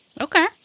Okay